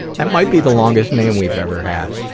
that might be the longest name we've ever had.